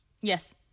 Yes